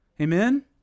Amen